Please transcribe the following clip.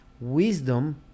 Wisdom